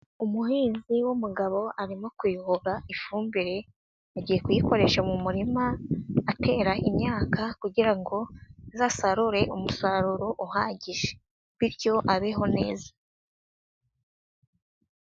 Umuhinzi w'umugabo arimo kuyobora ifumbire; agiyeye kuyikoresha mu murima atera imyaka kugira ngo azasarure umusaruro uhagije bityo abeho neza.